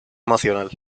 emocional